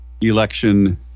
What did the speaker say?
election